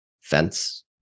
fence